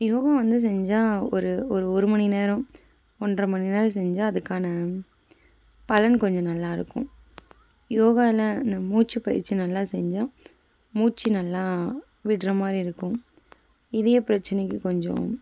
யோகா வந்து செஞ்சால் ஒரு ஒரு ஒரு மணி நேரம் ஒன்றரை மணி நேரம் செஞ்சால் அதுக்கான பலன் கொஞ்சம் நல்லாயிருக்கும் யோகாவில் இந்த மூச்சுப்பயிற்சி நல்லா செஞ்சால் மூச்சு நல்லா விடுற மாதிரி இருக்கும் இதய பிரச்சனைக்கு கொஞ்சம்